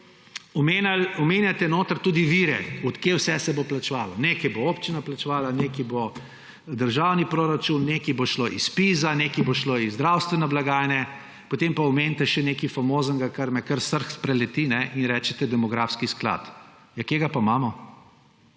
omenjate notri tudi vire, od kje vse se bo plačevalo. Nekaj bo občina plačevala, nekaj bo državni proračun, nekaj bo šlo iz ZPIZ-a, nekaj bo šlo iz zdravstvene blagajne, potem pa omenite še nekaj famoznega, me kar srh spreleti, vi rečete demografski sklad. Kje ga pa imamo?